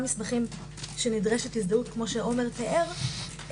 מסמכים שנדרשת הזדהות כפי שעומר תיאר,